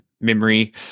memory